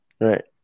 Right